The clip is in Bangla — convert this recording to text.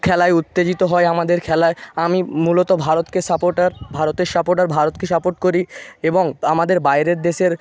খেলায় উত্তেজিত হয় আমাদের খেলায় আমি মূলত ভারতকে সাপোর্টার ভারতের সাপোর্টার ভারতকে সাপোর্ট করি এবং আমাদের বাইরের দেশের